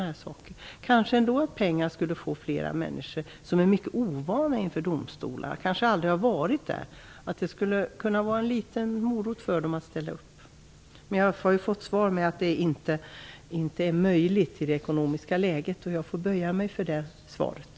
Kanske skulle pengar tjäna som en liten morot att ställa upp för människor som är mycket ovana inför domstolar, kanske för personer som aldrig har varit inför en sådan. Jag har nu fått svaret att detta inte är möjligt i nuvarande ekonomiska läge, och jag får böja mig inför det beskedet.